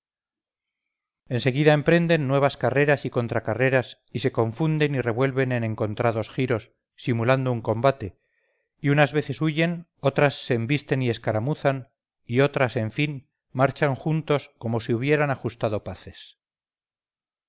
seguida emprenden nuevas carreras y contracarreras y se confunden y revuelven en encontrados giros simulando un combate y unas veces huyen otras se embisten y escaramuzan y otras en fin marchan juntos como si hubieran ajustado paces